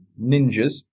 ninjas